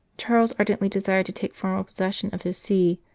charles ardently desired to take formal posses sion of his see,